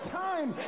time